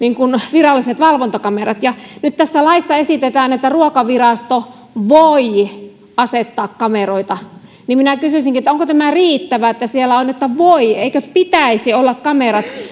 viralliset valvontakamerat nyt tässä laissa esitetään että ruokavirasto voi asettaa kameroita minä kysyisinkin onko tämä riittävää että siellä on että voi eikö pitäisi olla kamerat